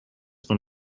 von